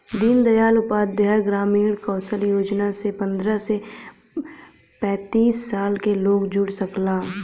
दीन दयाल उपाध्याय ग्रामीण कौशल योजना से पंद्रह से पैतींस साल क लोग जुड़ सकला